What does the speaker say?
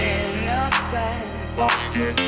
innocence